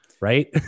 right